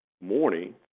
morning